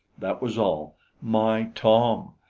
that was all my tom!